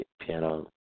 piano